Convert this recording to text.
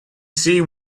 see